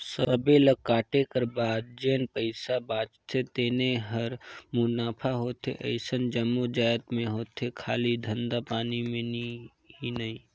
सबे ल कांटे कर बाद जेन पइसा बाचथे तेने हर मुनाफा होथे अइसन जम्मो जाएत में होथे खाली धंधा पानी में ही नई